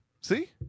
See